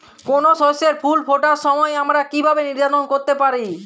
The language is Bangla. কোনো শস্যের ফুল ফোটার সময় আমরা কীভাবে নির্ধারন করতে পারি?